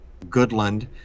Goodland